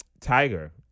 Tiger